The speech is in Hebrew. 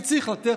כי צריך לתת.